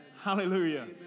Hallelujah